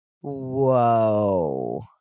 Whoa